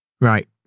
Right